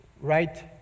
right